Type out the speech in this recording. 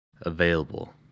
available